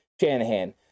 Shanahan